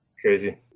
crazy